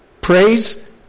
Praise